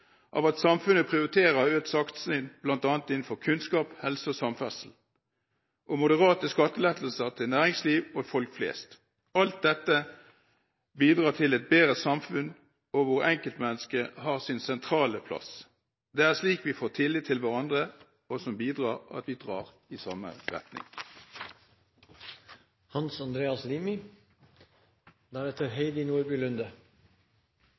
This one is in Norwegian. av at samfunnet prioriterer økt satsing bl.a. innenfor kunnskap, helse og samferdsel og moderate skattelettelser til næringsliv og folk flest. Alt dette bidrar til et bedre samfunn hvor enkeltmennesket har sin sentrale plass. Det er slik vi får tillit til hverandre, og som bidrar til at vi drar i samme retning.